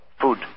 food